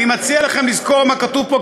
אני מציע לכם לזכור מה כתוב בו,